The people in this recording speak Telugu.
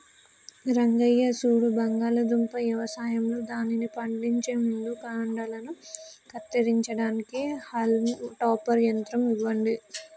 రంగయ్య సూడు బంగాళాదుంప యవసాయంలో దానిని పండించే ముందు కాండలను కత్తిరించడానికి హాల్మ్ టాపర్ యంత్రం ఇవ్వండి